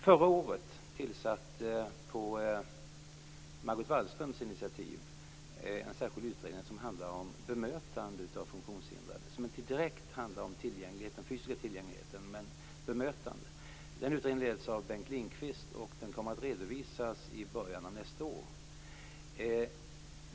Förra året tillsattes på Margot Wallströms initiativ en särskild utredning som handlar om bemötande av funktionshindrade. Det handlar inte direkt om den fysiska tillgängligheten utan om bemötandet. Utredningen leds av Bengt Lindqvist, och den kommer att redovisas i början av nästa år.